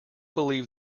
believe